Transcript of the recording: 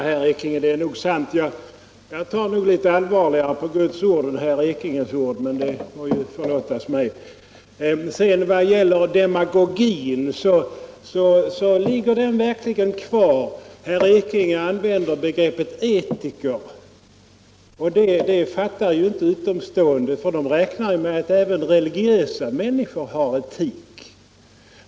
Herr talman! Det är nog sant att jag tar litet allvarligare på Guds ord än på herr Ekinges, men det må förlåtas mig. Vad sedan gäller demagogin finns den verkligen kvar. Herr Ekinge använder begreppet etiker på ett sätt som inte utomstående fattar, för de räknar med att även religiösa människor har etik.